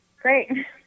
great